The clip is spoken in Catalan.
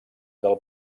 del